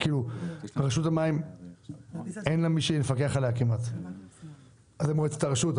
לרשות המים אין כמעט מי שיפקח עליה - זו מועצת הרשות,